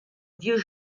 vieux